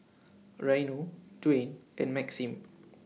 Reino Dwyane and Maxim